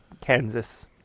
Kansas